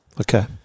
Okay